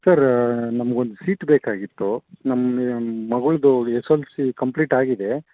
sir ನಮಗೊಂದು seat ಬೇಕಾಗಿತ್ತು ನಮ್ಮ ಮಗಳ್ದು ಎಸ್ ಎಲ್ ಸಿ ಕಂಪ್ಲೀಟ್ ಆಗಿದೆ